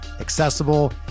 accessible